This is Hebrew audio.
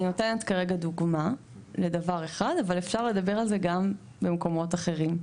אני נותנת כרגע דוגמה ממקום אחד אבל אפשר לדבר על זה גם ממקומות אחרים.